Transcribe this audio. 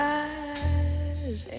eyes